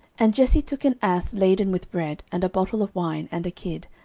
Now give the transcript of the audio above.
and jesse took an ass laden with bread, and a bottle of wine, and a kid,